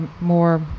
more